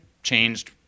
changed